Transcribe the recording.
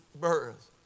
birth